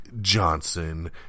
Johnson